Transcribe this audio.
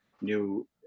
new